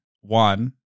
One